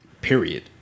Period